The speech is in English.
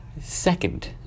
second